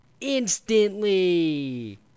instantly